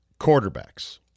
Quarterbacks